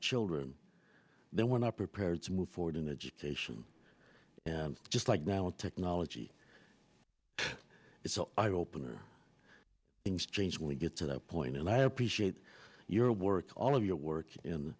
children then we're not prepared to move forward in education just like now with technology it's an eye opener things change when we get to that point and i appreciate your work all of your work